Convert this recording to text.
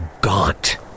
Gaunt